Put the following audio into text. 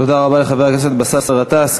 תודה רבה לחבר הכנסת באסל גטאס.